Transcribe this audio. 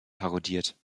parodiert